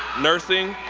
nursing,